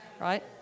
right